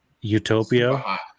Utopia